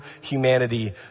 humanity